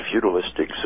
feudalistic